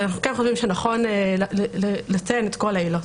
אנחנו כן חושבים שנכון לציין את כל העילות.